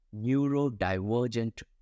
neurodivergent